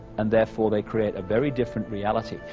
and therefore they create a very different reality.